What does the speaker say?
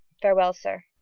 farewel sir.